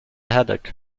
headache